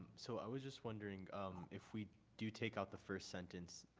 so i was just wondering if we do take out the first sentence,